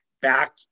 back